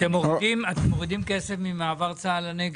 אתם מורידים כסף ממעבר צה"ל לנגב.